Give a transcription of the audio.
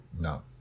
no